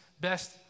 best